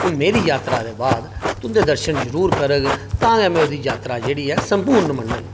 मेरी यात्रा दे बाद तुं'दे दर्शन जरुर करोग तां गे ओह्दी यात्रा सपूर्ण होग